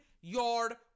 yard